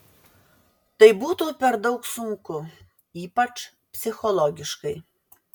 tai būtų per daug sunku ypač psichologiškai